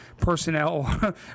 personnel